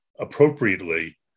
appropriately